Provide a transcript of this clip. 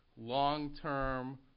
long-term